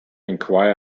enquire